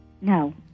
No